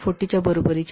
40 च्या बरोबरीचे आहे